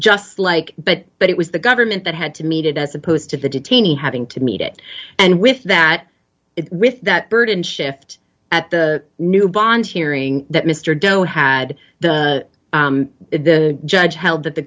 just like but but it was the government that had to meet it as opposed to the detainees having to meet it and with that with that burden shift at the new bond hearing that mr doe had the the judge held that the